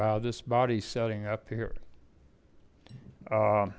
by this body setting up here